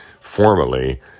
formally